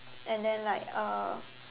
and then like uh